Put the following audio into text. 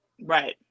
Right